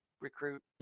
recruit